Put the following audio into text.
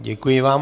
Děkuji vám.